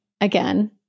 again